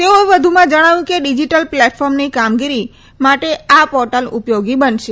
તેઓએ વધુમાં જણાવ્યું કે ડીજીટલ પ્લેટફોર્મની કામગીરી માટે આ પોર્ટલ ઉપયોગી બનશે